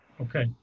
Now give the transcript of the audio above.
okay